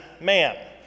man